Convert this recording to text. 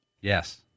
Yes